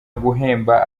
guhemba